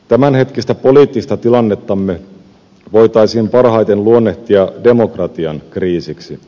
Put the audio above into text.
tämänhetkistä poliittista tilannettamme voitaisiin parhaiten luonnehtia demokratian kriisiksi